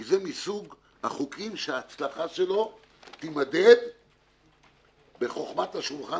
כי זה מסוג החוקים שההצלחה שלו תימדד בחכמת השולחן,